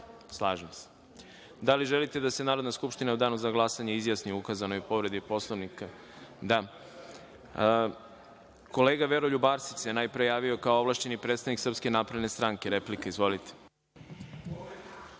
Slažem se. Da li želite da se Narodna skupština u danu za glasanje izjasni o ukazanoj povredi Poslovnika? (Da.)Kolega Veroljub Arsić se najpre javio kao ovlašćeni predstavnik SNS. Replika. Izvolite.